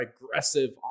aggressive